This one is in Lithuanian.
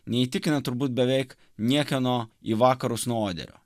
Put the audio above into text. neįtikina turbūt beveik niekieno į vakarus nuo oderio